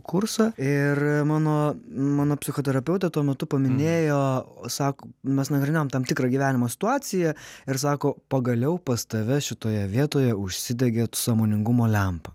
kursą ir mano mano psichoterapeutė tuo metu paminėjo sako mes nagrinėjom tam tikrą gyvenimo situaciją ir sako pagaliau pas tave šitoje vietoje užsidegė sąmoningumo lempa